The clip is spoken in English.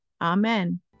amen